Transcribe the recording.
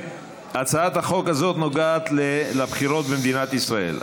הצעת החוק הזאת נוגעת לבחירות במדינת ישראל,